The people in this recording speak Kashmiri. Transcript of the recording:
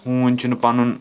ہوٗنۍ چھِنہٕ پَنُن